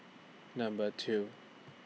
Number two